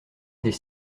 des